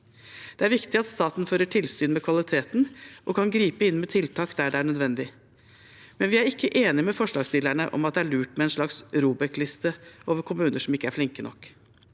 Det er viktig at staten fører tilsyn med kvaliteten og kan gripe inn med tiltak der det er nødvendig. Vi er imidlertid ikke enig med forslagsstillerne i at det er lurt med en slags ROBEK-liste over kommuner som ikke er flinke nok.